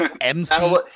MC